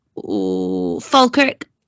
Falkirk